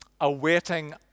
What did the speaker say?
awaiting